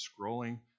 scrolling